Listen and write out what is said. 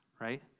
right